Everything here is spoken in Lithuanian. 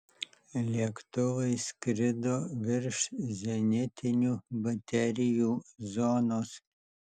lėktuvai skrido virš zenitinių baterijų zonos